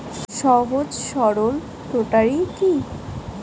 সহজ সরল রোটারি কি?